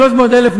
300,000,